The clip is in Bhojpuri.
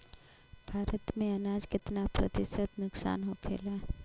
भारत में अनाज कितना प्रतिशत नुकसान होखेला?